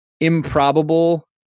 improbable